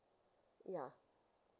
ya